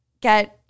get